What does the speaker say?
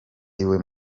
iwe